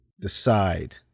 decide